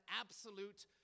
absolute